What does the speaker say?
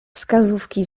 wskazówki